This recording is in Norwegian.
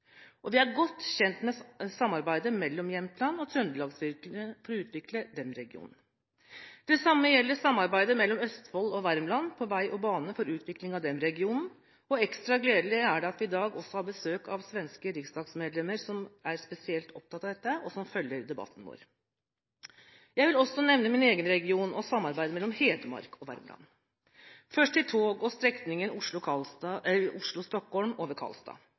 og vi er godt kjent med samarbeidet mellom Jämtland og trøndelagsfylkene for å utvikle den regionen. Det samme gjelder samarbeidet mellom Østfold og Värmland på vei og bane for utvikling av den regionen, og ekstra gledelig er det at vi i dag har besøk av svenske riksdagsmedlemmer som er spesielt opptatt av dette, og som følger debatten vår. Jeg vil også nevne min egen region og samarbeidet mellom Hedmark og Värmland. Først til tog og strekningen